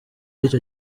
iki